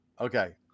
Okay